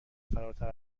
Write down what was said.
فراتر